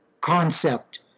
concept